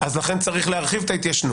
באופן אוטומטי, לכן צריך להרחיב את ההתיישנות.